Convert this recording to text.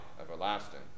everlasting